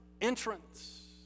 entrance